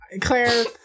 claire